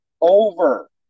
over